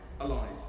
alive